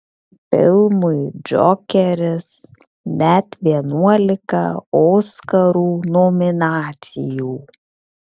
filmui džokeris net vienuolika oskarų nominacijų